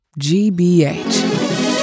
gbh